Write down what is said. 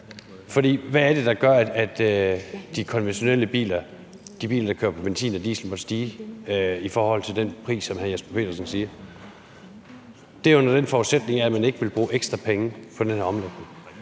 hvad er det, der gør, at de konventionelle biler, de biler, der kører på benzin og diesel, måtte stige i forhold til den pris, som hr. Jesper Petersen siger? Det er under forudsætning af, at man ikke vil bruge ekstra penge på den her omlægning,